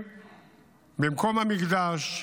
מתחיל במקום המקדש,